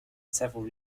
several